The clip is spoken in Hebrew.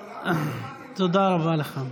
יריב, תודה רבה לך.